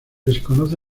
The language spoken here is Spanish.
desconoce